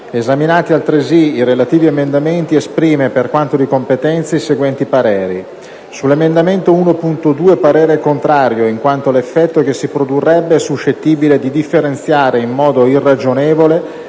Esaminati altresì i relativi emendamenti, esprime, per quanto di competenza, i seguenti pareri :- sull'emendamento 1.2 parere contrario, in quanto l'effetto che si produrrebbe è suscettibile di differenziare, in modo irragionevole,